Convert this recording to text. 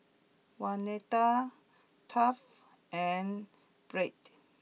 Waneta Duff and Brett